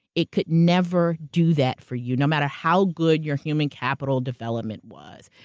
it could never do that for you, no matter how good your human capital development was.